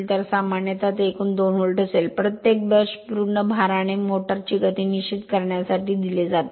तर सामान्यत ते एकूण २ व्होल्ट असेल प्रत्येक ब्रश पूर्ण भाराने मोटर ची गती निश्चित करण्यासाठी दिले जाते